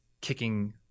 kicking